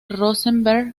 rosenberg